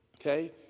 okay